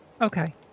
Okay